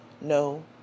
no